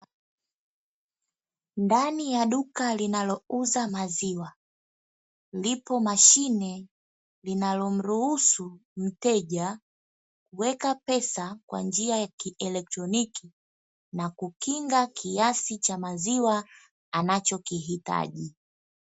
Ndani ya duka linalouza maziwa lipo mashine linalomruhusu mteja kuweka pesa kwa njia ya kielektroniki na kukinga kiasi cha maziwa anachokihitaji.